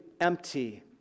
empty